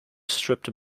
stripped